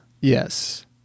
Yes